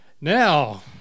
Now